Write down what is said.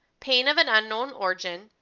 pain of an unknown origin,